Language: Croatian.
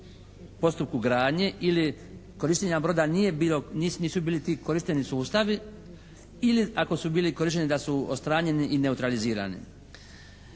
postupku gradnje ili korištenja broda nije bilo, nisu bili ti korišteni sustavi ili ako su bili korišteni da su odstranjeni i neutralizirani.